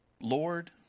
Lord